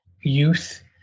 youth